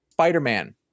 Spider-Man